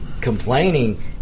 complaining